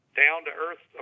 down-to-earth